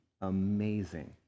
amazing